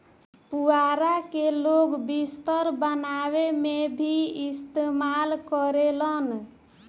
पुआरा के लोग बिस्तर बनावे में भी इस्तेमाल करेलन